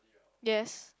yes